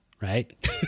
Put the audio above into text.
right